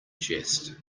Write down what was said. jest